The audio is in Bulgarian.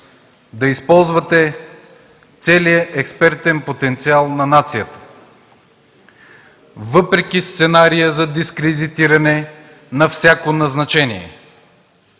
да използвате целия експертен потенциал на нацията, въпреки сценария за дискредитиране на всяко назначение.